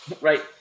Right